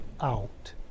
out